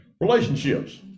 Relationships